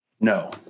No